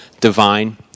divine